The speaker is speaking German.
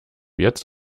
jetzt